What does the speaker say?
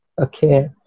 Okay